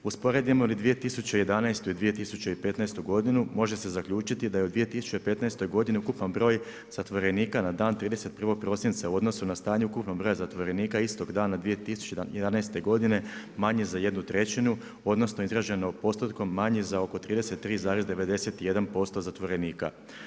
Usporedimo li 2011. i 2015. godinu može se zaključiti da je u 2015. godini ukupan broj zatvorenika na dan 31. prosinca u odnosu na stanje ukupnog broja zatvorenika istog dana 2011. godine manji za jednu trećinu odnosno izraženo postotkom manje za oko 33,91% zatvorenika.